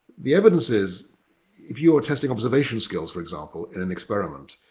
the evidence is if you were testing observation skills, for example, in an experiment,